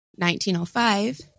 1905